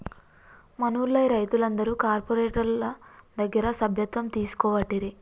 మనూళ్లె రైతులందరు కార్పోరేటోళ్ల దగ్గర సభ్యత్వం తీసుకోవట్టిరి